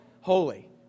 holy